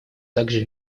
также